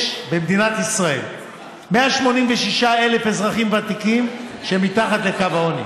יש במדינת ישראל 186,000 אזרחים ותיקים שהם מתחת לקו העוני.